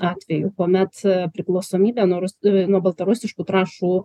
atvejų kuomet priklausomybė nuo nuo baltarusiškų trąšų